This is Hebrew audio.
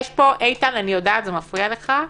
איתן, אני יודעת, זה מפריע לך,